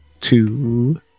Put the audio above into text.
two